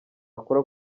akora